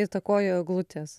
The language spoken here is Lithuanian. įtakojo eglutės